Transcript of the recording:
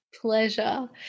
Pleasure